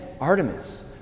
Artemis